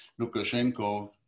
Lukashenko